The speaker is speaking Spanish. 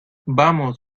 vamos